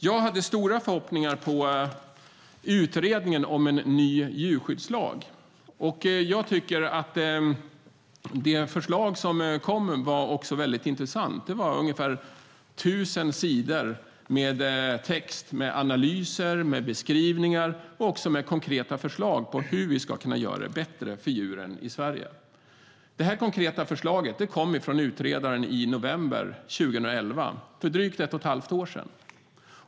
Jag hade stora förhoppningar på utredningen om en ny djurskyddslag, och det förslag som kom var också väldigt intressant. Det var ungefär 1 000 sidor text med analyser, beskrivningar och konkreta förslag på hur vi ska kunna göra det bättre för djuren i Sverige. De här konkreta förslagen kom från utredaren i november 2011, för drygt ett och ett halvt år sedan.